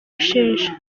sheja